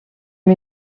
amb